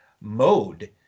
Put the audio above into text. mode